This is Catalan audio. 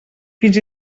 fins